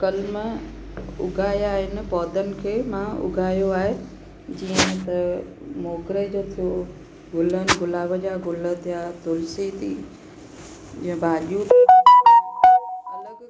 कलम उगाया आहिनि पौधनि खे मां उगायो आहे जीअं त मोगरे जो थियो गुलनि गुलाब जा गुल थिया तुलसी थी जीअं भाॼियूं थियूं अलॻि